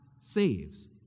saves